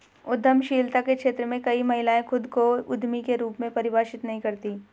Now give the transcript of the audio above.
उद्यमशीलता के क्षेत्र में कई महिलाएं खुद को उद्यमी के रूप में परिभाषित नहीं करती